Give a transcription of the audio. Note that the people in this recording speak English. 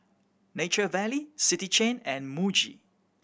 Nature Valley City Chain and Muji